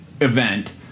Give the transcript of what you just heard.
event